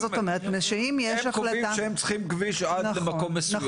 הם קובעים שהם צריכים כביש עד מקום מסוים,